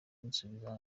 kunsubiza